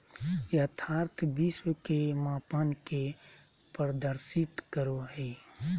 यथार्थ विश्व के मापन के प्रदर्शित करो हइ